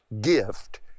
gift